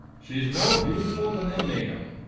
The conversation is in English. she's more beautiful than they make them,